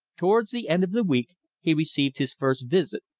towards the end of the week he received his first visit.